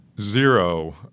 Zero